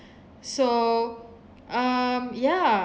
so um ya